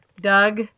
Doug